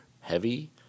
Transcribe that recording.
heavy